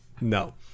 No